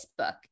Facebook